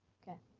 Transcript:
okay,